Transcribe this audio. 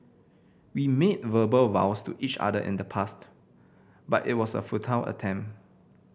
we made verbal vows to each other in the past but it was a futile attempt